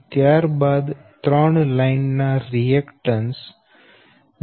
ત્યાર બાદ ત્રણ લાઈન ના રિએકટન્સ 0